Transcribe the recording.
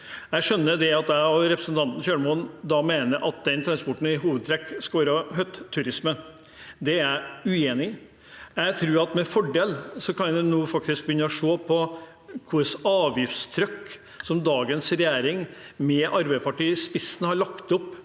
Jeg skjønner at representanten Kjølmoen mener at den transporten i hovedtrekk skal være hytteturisme. Det er jeg uenig i. Jeg tror at en med fordel nå kan begynne å se på hvilket avgiftstrykk dagens regjering, med Arbeiderpartiet i spissen, har lagt opp